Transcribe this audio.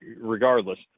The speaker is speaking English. regardless